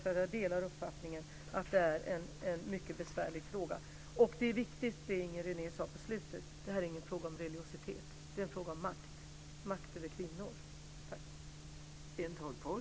Jag delar nämligen uppfattningen att det är en mycket besvärlig fråga. Och det som Inger René sade på slutet är viktigt, att detta inte är en fråga om religiositet utan att det är en fråga om makt över kvinnor.